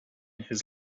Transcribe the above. his